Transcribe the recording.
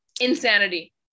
Insanity